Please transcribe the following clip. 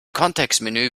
kontextmenü